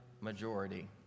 Majority